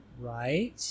Right